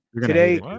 today